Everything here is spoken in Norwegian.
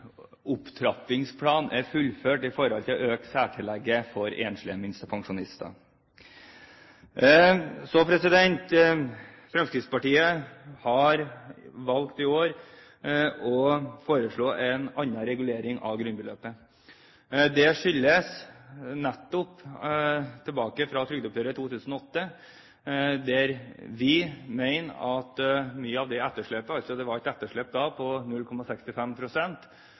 opptrappingsplanen er fullført i forhold til å øke særtillegget for enslige minstepensjonister. Fremskrittspartiet har i år valgt å foreslå en annen regulering av grunnbeløpet. Det skyldes nettopp trygdeoppgjøret i 2008, der vi mener at mye av etterslepet på 0,65 pst. ikke ble brukt til å regulere grunnbeløpet i folketrygden, men til å øke særtillegget for enslige minstepensjonister. Det